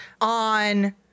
on